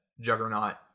juggernaut